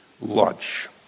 lunch